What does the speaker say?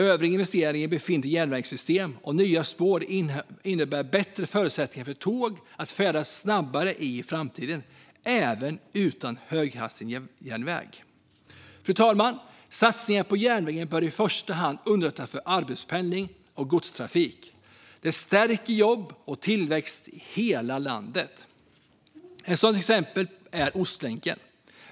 Övriga investeringar i befintligt järnvägssystem och nya spår innebär bättre förutsättningar för tåg att färdas snabbare i framtiden, även utan höghastighetsjärnväg. Fru talman! Satsningar på järnvägen bör i första hand underlätta för arbetspendling och godstrafik. Det stärker jobb och tillväxt i hela landet. Ett sådant exempel är Ostlänken.